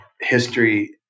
history